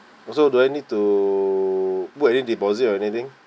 also do I need to put any deposit or anything